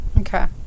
Okay